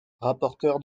rapporteur